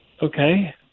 Okay